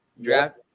draft